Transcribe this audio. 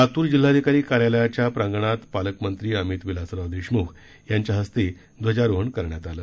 लातूर जिल्हाधिकारी कार्यालयाच्या प्रांगणात पालकमंत्री अमित विलासराव देशमुख यांच्या हस्ते ध्वजारोहण करण्यात आलं